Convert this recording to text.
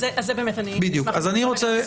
אז אני אשמח לשמוע מהמשרד להגנת הסביבה.